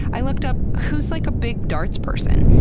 i looked up who's like a big darts person,